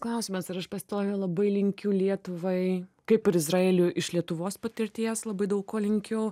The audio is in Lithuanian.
klausimas ir aš pastoviai labai linkiu lietuvai kaip ir izraeliui iš lietuvos patirties labai daug ko linkiu